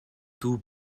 tout